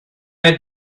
had